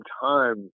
time